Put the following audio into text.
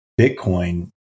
Bitcoin